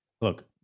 Look